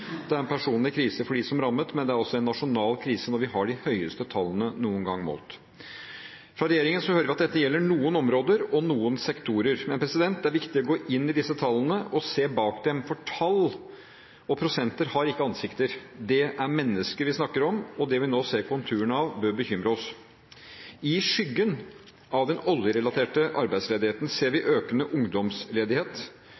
Det er en personlig krise for dem som er rammet, men det er også en nasjonal krise når vi har de høyeste tallene som noen gang er målt. Fra regjeringen hører vi at dette gjelder noen områder og noen sektorer. Men det er viktig å gå inn i disse tallene og se bak dem, for tall og prosenter har ikke ansikter. Det er mennesker vi snakker om, og det vi nå ser konturene av, bør bekymre oss. I skyggen av den oljerelaterte arbeidsledigheten ser